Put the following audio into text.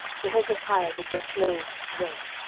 to hezekiah with their clothes rent,